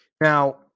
Now